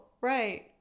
right